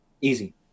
easy